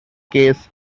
case